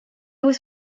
was